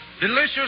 Delicious